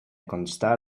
constar